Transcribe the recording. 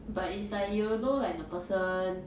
but it's like you will know like the person